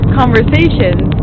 conversations